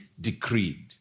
decreed